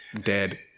dead